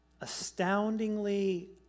astoundingly